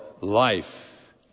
life